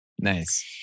Nice